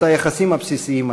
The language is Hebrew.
את היחסים הבסיסיים האלה.